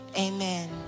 amen